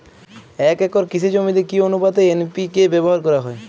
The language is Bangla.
এক একর কৃষি জমিতে কি আনুপাতে এন.পি.কে ব্যবহার করা হয়?